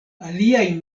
aliaj